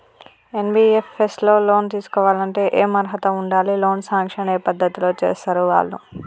NBFS లో loan తీస్కోవాలంటే ఏం అర్హత ఉండాలి? లోన్ సాంక్షన్ ఏ పద్ధతి లో చేస్తరు వాళ్లు?